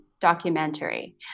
documentary